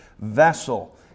vessel